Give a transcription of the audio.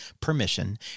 permission